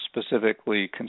specifically